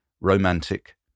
romantic